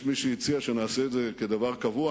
יש מי שהציע שנעשה את זה כדבר קבוע.